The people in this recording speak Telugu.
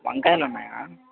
వంకాయలున్నాయా